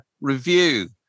review